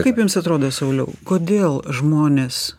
kaip jums atrodo sauliau kodėl žmonės